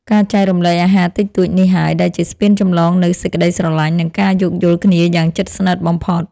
ការចែករំលែកអាហារតិចតួចនេះហើយ ដែលជាស្ពានចម្លងនូវសេចក្តីស្រឡាញ់ និងការយោគយល់គ្នាយ៉ាងជិតស្និទ្ធបំផុត។